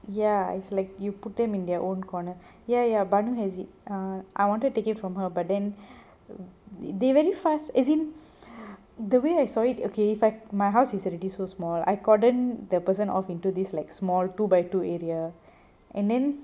ya is like you put them in their own corner ya ya baanu has it uh I wanted to take it from her but then they very fast as in the way I saw it okay my house is already so small I cordon the person off into this like small two by two area and then